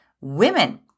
women